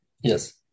Yes